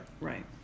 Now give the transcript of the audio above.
Right